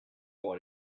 pour